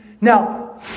Now